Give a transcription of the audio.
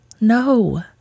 No